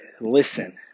listen